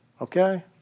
Okay